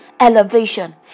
elevation